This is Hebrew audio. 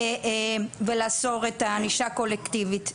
ולאסור את הענישה הקולקטיבית.